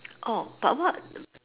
orh but what